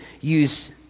use